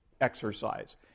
exercise